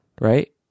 Right